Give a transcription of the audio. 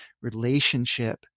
relationship